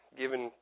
given